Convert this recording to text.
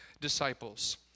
Disciples